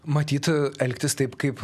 matyt elgtis taip kaip